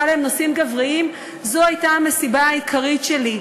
להם "נושאים גבריים" זאת הייתה המשימה העיקרית שלי.